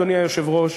אדוני היושב-ראש,